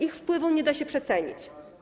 Ich wpływu nie da się przecenić.